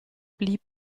blieb